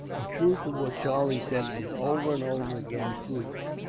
the truth of what charlie said was over and over again proved.